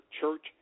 church